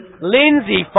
Lindsay